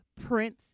Prince